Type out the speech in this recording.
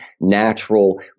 natural